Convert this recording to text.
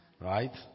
right